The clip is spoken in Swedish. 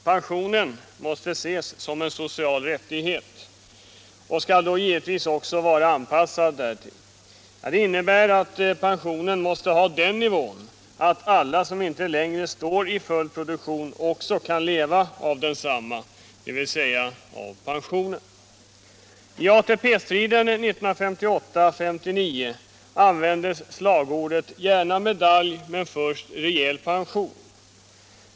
Herr talman! Pensionen måste ses som en social rättighet och skall då givetvis också vara anpassad därtill. Det innebär att pensionen måste ha den nivån att alla som inte längre står i full produktion också kan leva av sin pension. I ATP-striden 1958-1959 användes slagordet ”Gärna medalj — men först rejäl pension”.